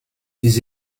des